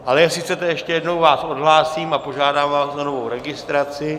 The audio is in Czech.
Ale jestli chcete, ještě jednou vás odhlásím a požádám vás o novou registraci.